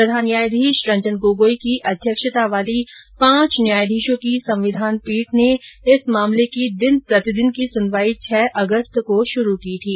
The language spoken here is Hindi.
प्रधान न्यायाधीश रंजन गोगोई की अध्यक्षता वाली पांच न्यायाधीशों की संविधान पीठ ने इस मामले की दिन प्रतिदिन की सुनवाई छह अगस्त को शुरू की थी